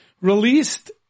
released